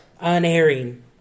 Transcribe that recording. unerring